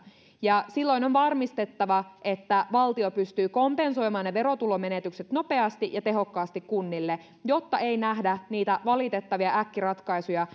ja silloin on varmistettava että valtio pystyy kompensoimaan ne verotulomenetykset nopeasti ja tehokkaasti kunnille jotta ei nähdä niitä valitettavia äkkiratkaisuja